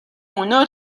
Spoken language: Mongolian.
өнөө